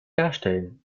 herstellen